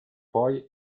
poi